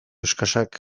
eskasak